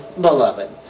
beloved